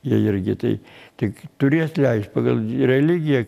jie irgi tai tik turi atleist pagal religiją